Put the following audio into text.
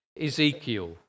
Ezekiel